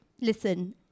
listen